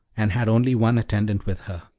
and had only one attendant with her.